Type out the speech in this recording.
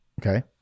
Okay